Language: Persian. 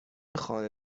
خانه